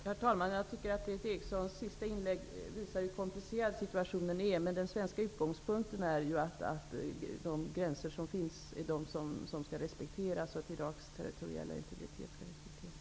Herr talman! Berith Erikssons sista inlägg visar hur komplicerad situationen är. Den svenska utgångspunkten är att de gränser som finns är de som skall respekteras och att Iraks territoriella integritet därmed skall respekteras.